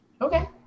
okay